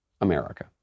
America